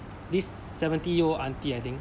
this seventy year old auntie I think